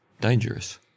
dangerous